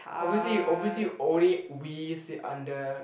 obviously obviously only we sit under